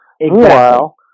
Meanwhile